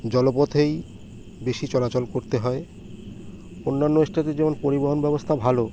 জলপথেই বেশি চলাচল করতে হয় অন্যান্য স্টেটে যেমন পরিবহন ব্যবস্থা ভালো